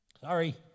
Sorry